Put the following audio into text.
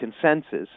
consensus